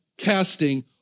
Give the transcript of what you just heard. Casting